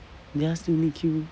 ya still need to queue